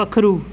पक्खरू